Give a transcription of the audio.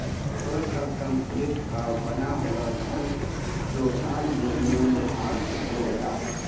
रोहित का कंक्रीट का बना हुआ घर दो साल में मूल्यह्रास हो गया